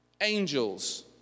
angels